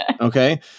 okay